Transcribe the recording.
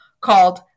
called